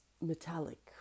metallic